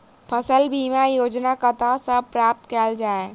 फसल बीमा योजना कतह सऽ प्राप्त कैल जाए?